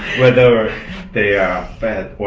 whether they are fat or